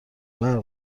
برق